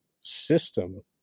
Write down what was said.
system